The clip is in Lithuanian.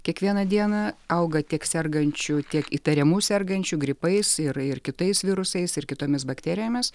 kiekvieną dieną auga tiek sergančių tiek įtariamų sergančių gripais ir ir kitais virusais ir kitomis bakterijomis